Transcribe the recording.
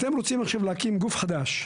אתם רוצים עכשיו להקים גוף חדש,